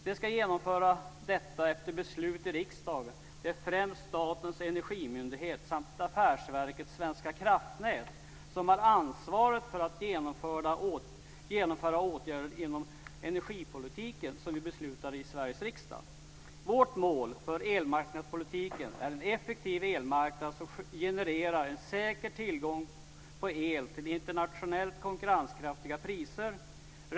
De som ska genomföra detta efter beslut i riksdagen är främst Statens energimyndighet och Affärsverket svenska kraftnät, som har ansvaret för att genomföra åtgärder inom energipolitiken som vi beslutar i Sveriges riksdag. Vårt mål för elmarknadspolitiken är en effektiv elmarknad som genererar en säker tillgång på el till internationellt konkurrenskraftiga priser.